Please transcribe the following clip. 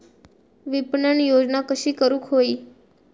विपणन योजना कशी करुक होई?